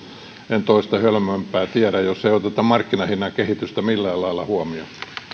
en toista hölmömpää tiedä jossa ei oteta markkinahinnan kehitystä millään lailla huomioon